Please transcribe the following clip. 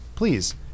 Please